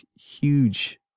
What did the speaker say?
huge